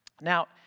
Now